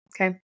okay